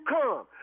come